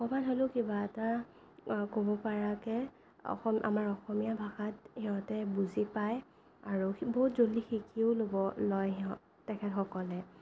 অকণমান হ'লেও কিবা এটা ক'ব পৰাকে অকল আমাৰ অসমীয়া ভাষাত সিহঁতে বুজি পায় আৰু বহুত জলদি শিকিও ল'ব লয় সিহঁ তেখেতসকলে